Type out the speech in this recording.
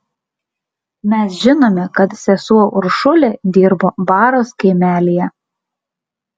mes žinome kad sesuo uršulė dirbo baros kaimelyje